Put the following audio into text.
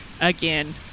again